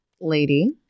Lady